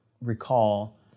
recall